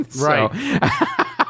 Right